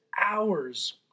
hours